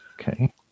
Okay